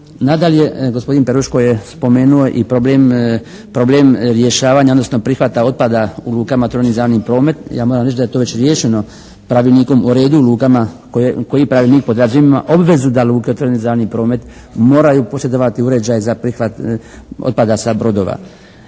Nadalje, gospodin Peruško je spomenuo i problem rješavanja, odnosno prihvata otpada u … /Govornik se ne razumije./ promet. Ja moram reći da je to već riješeno Pravilnikom o redu u lukama koji pravilnik podrazumijeva obvezu da luke za … /Govornik